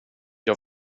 jag